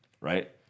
right